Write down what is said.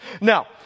Now